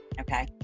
okay